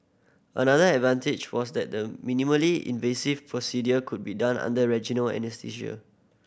another advantage was that the minimally invasive procedure could be done under regional anaesthesia